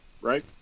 right